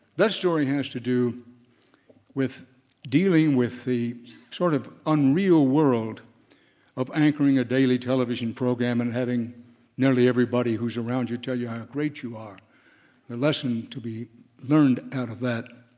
that story has to do with dealing with the sort-of sort of unreal world of anchoring a daily television program and having nearly everybody who's around you tell you how great you are the lesson to be learned out of that.